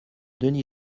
denis